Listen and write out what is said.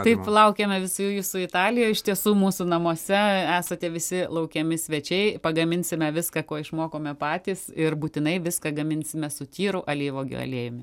taip laukiame visi jūsų italijoj iš tiesų mūsų namuose esate visi laukiami svečiai pagaminsime viską ko išmokome patys ir būtinai viską gaminsime su tyru alyvuogių aliejumi